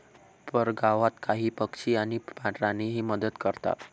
परगावात काही पक्षी आणि प्राणीही मदत करतात